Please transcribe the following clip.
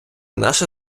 наше